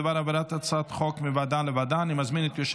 להעביר את הצעת החוק להסדרת הפיקוח על כלבים (הוראת שעה) (חרבות ברזל),